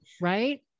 Right